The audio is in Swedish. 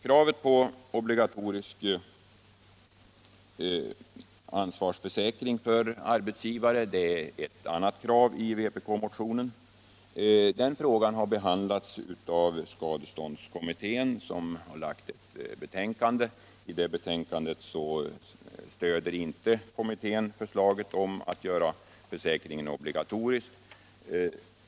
Kravet på obligatorisk ansvarsförsäkring för arbetsgivare är ett annat krav i vpk-motionen. Den frågan har behandlats av skadeståndskommittén som lagt fram ett betänkande. I det betänkandet stöder inte kommittén förslaget att göra försäkringen obligatorisk.